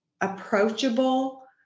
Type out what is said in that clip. approachable